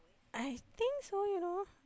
I think so you know